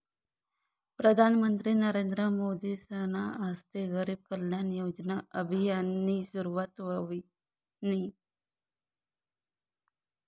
प्रधानमंत्री नरेंद्र मोदीसना हस्ते गरीब कल्याण योजना अभियाननी सुरुवात व्हयनी